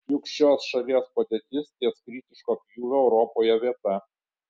juk šios šalies padėtis ties kritiško pjūvio europoje vieta